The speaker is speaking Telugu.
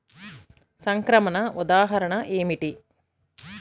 సంక్రమణ ఉదాహరణ ఏమిటి?